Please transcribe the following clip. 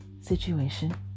situation